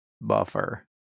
Buffer